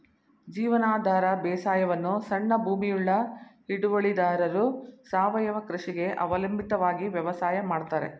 ಜೀವನಾಧಾರ ಬೇಸಾಯವನ್ನು ಸಣ್ಣ ಭೂಮಿಯುಳ್ಳ ಹಿಡುವಳಿದಾರರು ಸಾವಯವ ಕೃಷಿಗೆ ಅವಲಂಬಿತವಾಗಿ ವ್ಯವಸಾಯ ಮಾಡ್ತರೆ